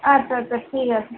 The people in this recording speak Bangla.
আচ্চা আচ্চা ঠিক আছে